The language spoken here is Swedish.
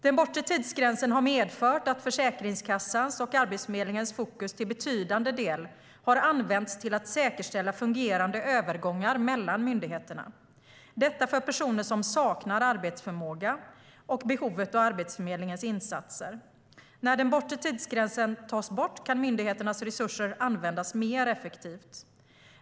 Den bortre tidsgränsen har medfört att Försäkringskassans och Arbetsförmedlingens fokus till betydande del har använts till att säkerställa fungerande övergångar mellan myndigheterna, detta för personer som saknar arbetsförmåga och är i behov av Arbetsförmedlingens insatser. När den bortre tidsgränsen tas bort kan myndigheternas resurser användas mer effektivt.